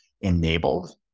enabled